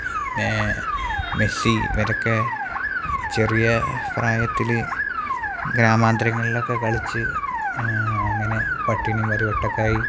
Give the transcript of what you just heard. പിന്നേ മെസ്സി ഇവരൊക്കെ ചെറിയ പ്രായത്തിൽ ഗ്രാമാന്തരങ്ങളിലൊക്കെ കളിച്ച് അങ്ങനെ പട്ടിണിയും പരിവട്ടമൊക്കെയായി